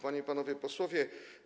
Panie i Panowie Posłowie!